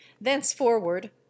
thenceforward